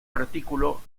artículo